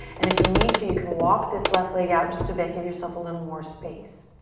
and if you need to, you can walk this left leg out just a bit, give yourself a little more space.